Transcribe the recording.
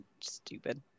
stupid